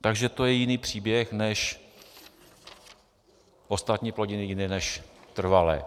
Takže to je jiný příběh než ostatní plodiny jiné než trvalé.